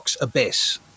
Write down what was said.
abyss